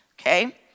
Okay